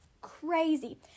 crazy